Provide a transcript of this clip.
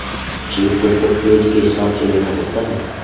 check book को page के हिसाब से लेना होता है